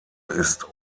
ist